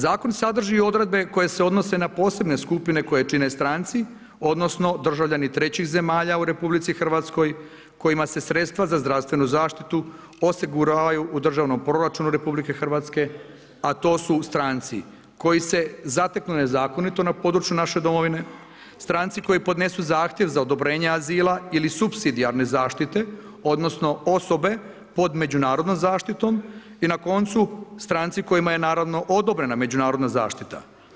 Zakon sadrži i odredbe koje se odnose na posebne skupine koje čine stranici, odnosno, državljani trećih zemalja u RH, kojima se sredstva za zdravstvenu zaštitu osiguravaju u državnom proračunu RH a to su stranci, koji se zateknu nezakonito na području naše domovine, stranci koji podnesu zahtjev za odobrenje azila ili supsidijarne zaštite, odnosno, osobe pod međunarodnom zaštitom i na koncu, strancu kojima je naravno odobrena međunarodna zaštita.